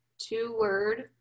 two-word